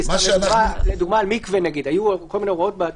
המטרה היא לצמצם את זה למינימום וזה